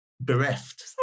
bereft